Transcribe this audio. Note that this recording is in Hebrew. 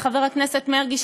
חבר הכנסת מרגי,